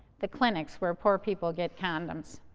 the clinics where poor people get condoms.